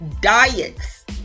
Diets